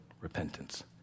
repentance